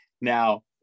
Now